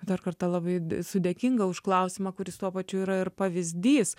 dar kartą labai esu dėkinga už klausimą kuris tuo pačiu yra ir pavyzdys